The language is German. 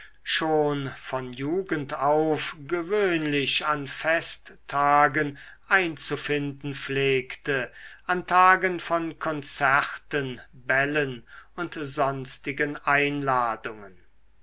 schon von jugend auf gewöhnlich an festtagen einzufinden pflegte an tagen von konzerten bällen und sonstigen einladungen